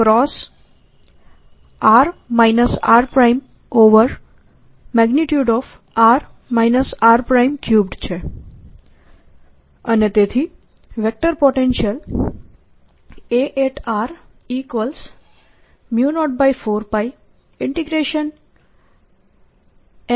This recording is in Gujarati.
અને તેથી vector potential A04πMr×r rr r3dV થાય છે